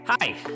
Hi